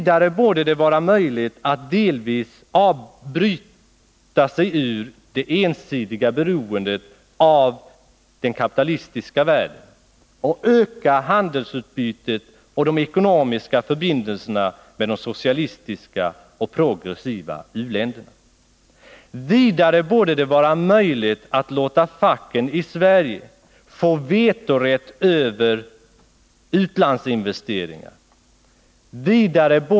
Det borde också vara möjligt att delvis bryta sig ur det ensidiga beroendet av den kapitalistiska världen och öka handelsutbytet och de ekonomiska förbindelserna med de socialistiska och progressiva u-länderna. Vidare borde det vara möjligt att låta facken i Sverige få vetorätt över utlandsinvesteringarna.